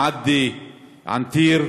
מעדי ענתיר.